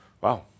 Wow